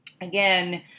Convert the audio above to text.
again